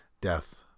Death